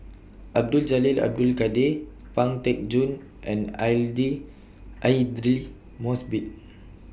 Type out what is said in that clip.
Abdul Jalil Abdul Kadir Pang Teck Joon and I D Aidli Mosbit